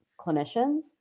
clinicians